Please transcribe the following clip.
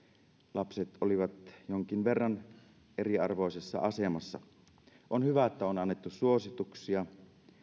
lapset olivat jonkin verran eriarvoisessa asemassa on hyvä että on annettu suosituksia